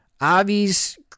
Avi's